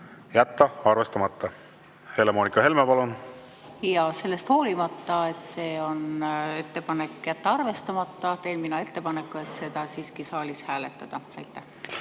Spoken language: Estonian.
jätta arvestamata. Helle-Moonika Helme, palun! Sellest hoolimata, et ettepanek on jätta arvestamata, teen mina ettepaneku, et seda siiski saalis hääletada.